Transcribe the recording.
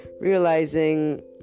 realizing